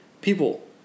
people